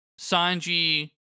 Sanji